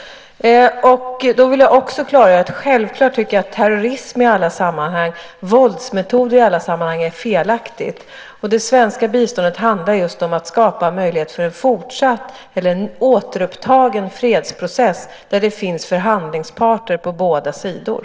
Jag vill också klargöra att jag självfallet tycker att terrorism och våldsmetoder i alla sammanhang är felaktigt. Det svenska biståndet handlar just om att skapa möjlighet för en fortsatt eller återupptagen fredsprocess, där det finns förhandlingsparter på båda sidor.